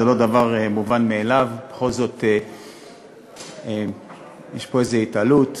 זה לא דבר מובן מאליו, בכל זאת יש פה איזו התעלות